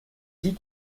dit